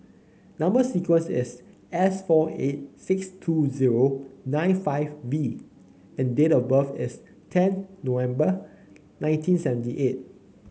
number sequence is S four eight six two zero nine five V and date of birth is ten November nineteen seventy eight